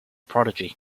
prodigy